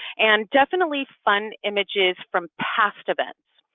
and definitely fun images from past events.